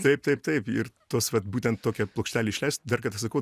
taip taip taip ir tos vat būtent tokią plokštelę išleist dar kartą sakau